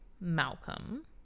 malcolm